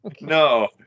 No